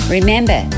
Remember